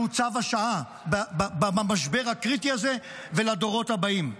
שהוא צו השעה במשבר הקריטי הזה ולדורות הבאים.